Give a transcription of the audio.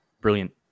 brilliant